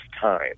time